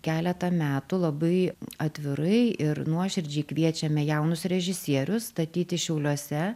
keletą metų labai atvirai ir nuoširdžiai kviečiame jaunus režisierius statyti šiauliuose